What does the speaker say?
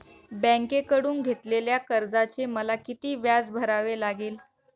बँकेकडून घेतलेल्या कर्जाचे मला किती व्याज भरावे लागेल?